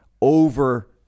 over